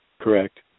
Correct